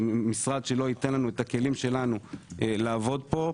משרד שלא ייתן לנו את כלים שלנו לעבוד פה,